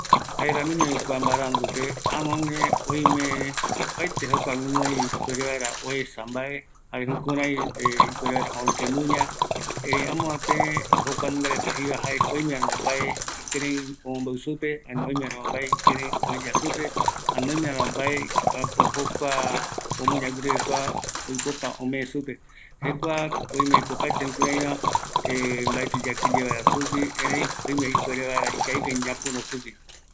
﻿Jaeramiñovi kua mbarandupe, amoguë oime opaete jokua gjuinoi, ipuere vaera oesa mbae jare jukurai ipuere vaera oaikuemuña amoape jokua nungareta jeiva jaeko, oimwramo mbae ikirei omombeu supe ani oimeramo mbae ikirei oeya supe, ani oimeramo mbae ápo jokua, omuñaguirekova oipota ome supe, jokua oimeko opaete jukuraiva mbaetiyae, mbaeti yakiye vaera sugui, erei oime ikavigue ñapiro vaera sugui